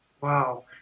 Wow